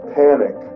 panic